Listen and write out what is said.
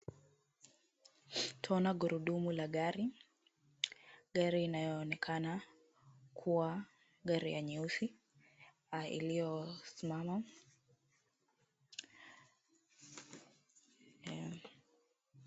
Twaona gurudumu la gari. Gari inayoonekana kuwa gari ya nyeusi, iliyosimama.